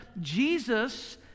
Jesus